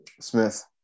Smith